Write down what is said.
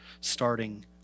starting